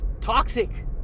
toxic